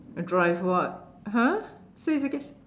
I drive what !huh! say again